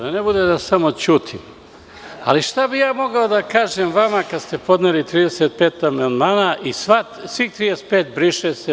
Da ne bude da samo ćutim, šta bih ja mogao da kažem vama kad ste podneli 35 amandmana i svih 35 briše se.